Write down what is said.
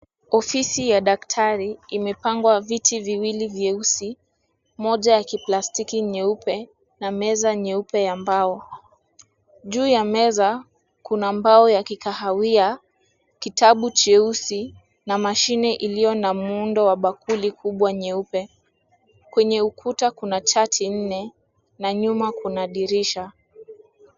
Ofisi ya daktari imepangwa viti viwili vyeusi, moja ya kiplastiki nyeupe na meza nyeupe ya mbao. Juu ya meza, kuna mbao ya kikahawia, kitabu cheusi na mashine iliyo na muundo wa bakuli kubwa nyeupe. Kwenye ukuta kuna chati nne na nyuma kuna dirisha.